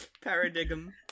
Paradigm